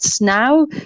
now